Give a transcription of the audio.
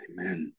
Amen